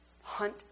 hunt